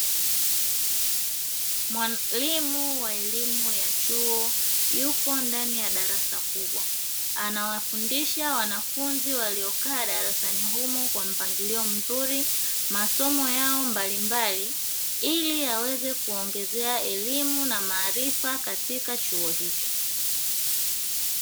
Mwalimu wa elimu ya chuo yupo ndani ya darasa kubwa, anawafundisha wanafunzi waliokaa darasani humo kwa mpangilio mzuri, masomo yao mbalimbali ili aweze kuongezea elimu na maarifa katika chuo hicho.